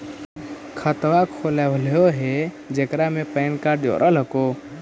खातवा खोलवैलहो हे जेकरा मे पैन कार्ड जोड़ल हको?